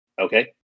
Okay